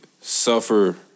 suffer